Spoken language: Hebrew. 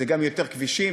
זה גם יותר כבישים,